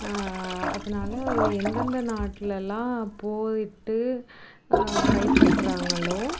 அதனால் எந்தெந்த நாட்லைலெல்லாம் போயிட்டு கைப்பற்றாங்களோ